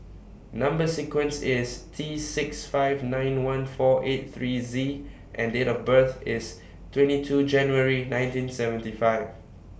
Number sequence IS T six five nine one four eight three Z and Date of birth IS twenty two January nineteen seventy five